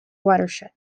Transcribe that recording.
watershed